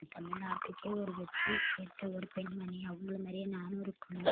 தமிழ்நாட்டுக்கே ஒரு வெற்றியை சேர்த்த ஒரு பெண்மணி அவங்கள மாதிரியே நானும் இருக்கணும்